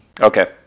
Okay